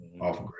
Off